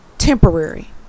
Temporary